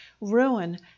ruin